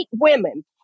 women